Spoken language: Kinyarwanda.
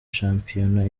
shampiyona